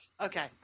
Okay